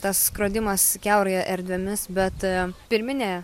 tas skrodimas kiaurai erdvėmis bet pirminė